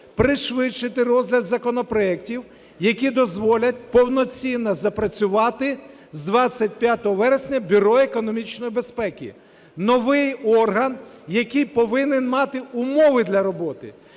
пришвидшити розгляд законопроектів, які дозволять повноцінно запрацювати з 25 вересня Бюро економічної безпеки – новий орган, який повинен мати умови для роботи.